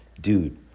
dude